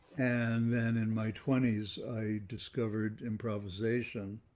and then in my twenty s, i discovered improvisation,